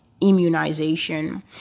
immunization